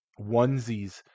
onesies